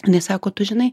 inai sako tu žinai